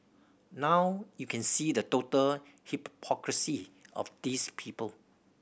now you can see the total hypocrisy of these people